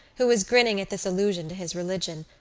who was grinning at this allusion to his religion,